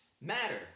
matter